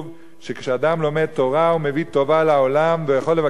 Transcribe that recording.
כשאדם לומד תורה הוא מביא טובה לעולם והוא יכול לבקש רחמים,